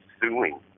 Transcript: suing